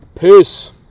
Peace